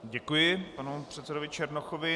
Děkuji panu předsedovi Černochovi.